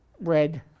Red